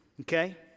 Okay